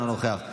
אינו נוכח,